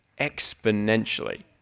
Exponentially